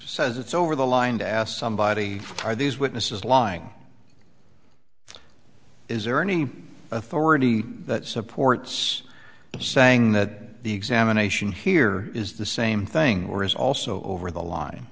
says it's over the line to ask somebody are these witnesses lying is there any authority that supports saying that the examination here is the same thing or is also over the line